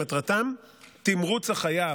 שמטרתם תמרוץ החייב,